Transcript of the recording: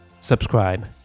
subscribe